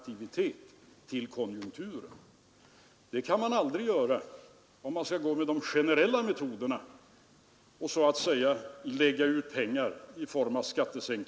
Det är klart att de kan kräva besked, men vi tänker inte avslöja något, säger herr Andersson i Bussjö.